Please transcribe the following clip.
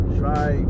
try